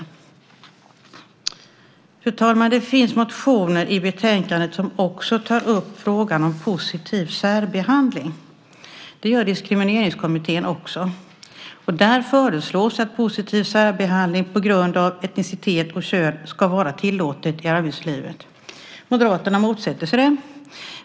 Fru talman! Det finns motioner i betänkandet som också tar upp frågan om positiv särbehandling. Det gör Diskrimineringskommittén också. Där föreslås att positiv särbehandling på grund av etnicitet och kön ska vara tillåten i arbetslivet. Moderaterna motsätter sig det.